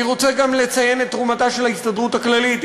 אני רוצה גם לציין את תרומתה של ההסתדרות הכללית,